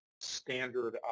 standard